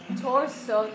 torso